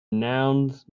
nouns